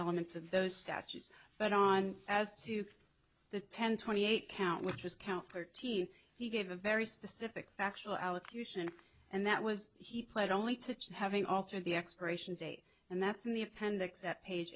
elements of those statutes but on as to the ten twenty eight count which was count thirteen he gave a very specific factual allocution and that was he pled only to having altered the expiration date and that's in the appendix at page